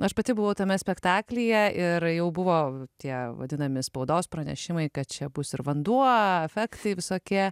aš pati buvau tame spektaklyje ir jau buvo tie vadinami spaudos pranešimai kad čia bus ir vanduo efektai visokie